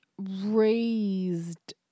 Raised